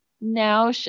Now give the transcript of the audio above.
now